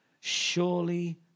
Surely